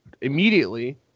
immediately